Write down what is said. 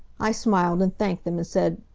i smiled, and thanked them, and said,